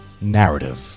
narrative